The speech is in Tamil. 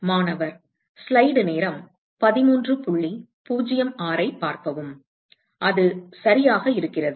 மாணவர் அது சரியாக இருக்கிறது